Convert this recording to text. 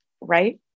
right